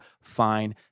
fine